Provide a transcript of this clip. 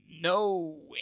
No